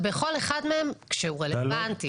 כל אחד מהם, כשהוא רלוונטי.